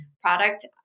product